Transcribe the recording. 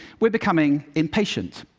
we're becoming impatient.